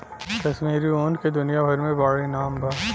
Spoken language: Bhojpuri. कश्मीरी ऊन के दुनिया भर मे बाड़ी नाम बा